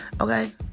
okay